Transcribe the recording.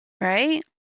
right